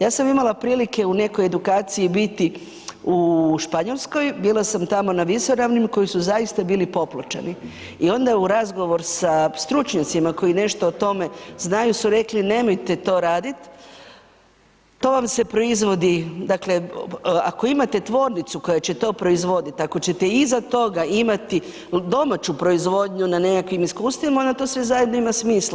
Ja sam imala prilike u nekoj edukaciji biti u Španjolskoj, bila sam tamo na visoravnima koji su zaista bili popločeni i onda je u razgovoru sa stručnjacima koji nešto o tome znaju su rekli nemojte to raditi, to vam se proizvodi, dakle ako imate tvornicu koja će to proizvoditi, ako ćete iza toga imati domaću proizvodnju na nekakvim iskustvima onda to sve zajedno ima smisla.